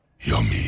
Yummy